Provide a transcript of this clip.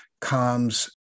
comes